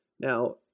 now